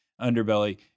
underbelly